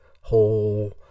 whole